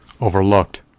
overlooked